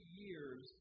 years